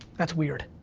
that's weird.